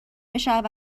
بشود